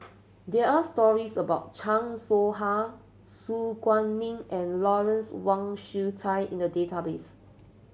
there are stories about Chan Soh Ha Su Guaning and Lawrence Wong Shyun Tsai in the database